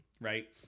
right